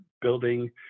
building